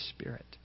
Spirit